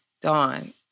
Dawn